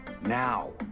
Now